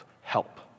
help